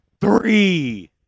three